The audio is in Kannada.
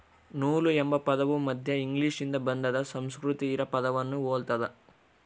ನೂಲು ಎಂಬ ಪದವು ಮಧ್ಯ ಇಂಗ್ಲಿಷ್ನಿಂದ ಬಂದಾದ ಸಂಸ್ಕೃತ ಹಿರಾ ಪದವನ್ನು ಹೊಲ್ತದ